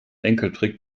enkeltrick